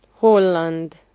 Holland